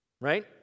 right